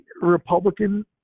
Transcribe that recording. Republican